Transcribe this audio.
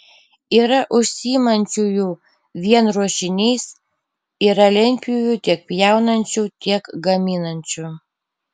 yra užsiimančiųjų vien ruošiniais yra lentpjūvių tiek pjaunančių tiek gaminančių